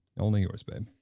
only yours babe.